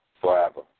forever